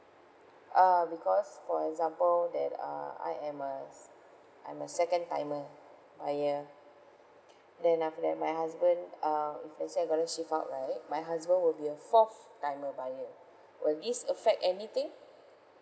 ah because for example that uh I am a s~ I'm a second timer buyer then after my husband err if let's say I'm going to shift out right my husband will be a fourth timer buyer will this affect anything